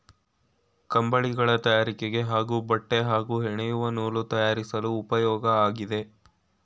ಕಂಬಳಿಗಳ ತಯಾರಿಕೆಗೆ ಹಾಗೂ ಬಟ್ಟೆ ಹಾಗೂ ಹೆಣೆಯುವ ನೂಲು ತಯಾರಿಸಲು ಉಪ್ಯೋಗ ಆಗಿದೆ